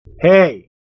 Hey